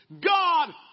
God